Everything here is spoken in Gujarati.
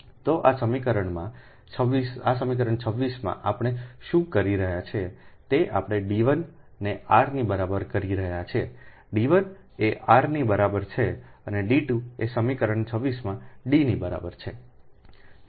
તો આ સમીકરણમાં આ સમીકરણમાં 26 સમીકરણ 26 માં આપણે શું કરી રહ્યા છીએ તે છે કે આપણે D1 ને r ની બરાબર કરી રહ્યા છીએ D1 એ r ની બરાબર છે અને D2 એ સમીકરણ 26 માં D ની બરાબર છે